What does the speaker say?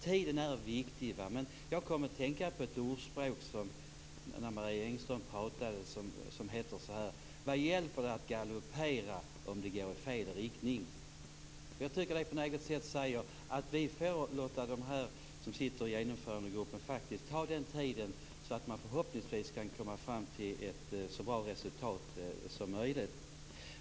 Tiden är viktig, men jag kom att tänka på ett ordspråk när Marie Engström talade. Det lyder: Vad hjälper det att galoppera om det går i fel riktning? Jag tycker att det på något sätt säger att vi faktiskt får låta dem som sitter i Genomförandegruppen ta den här tiden, så att de förhoppningsvis kan komma fram till ett så bra resultat som möjligt.